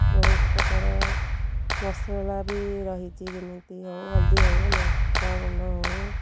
ବହୁତ ପ୍ରକାର ମସଲା ବି ରହିଛି ଯେମିତି ହେଉ ହଳଦୀ ହେଉ ଲଙ୍କା ଗୁଣ୍ଡ ହେଉ